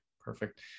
Perfect